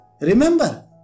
Remember